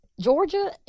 Georgia